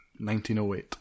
1908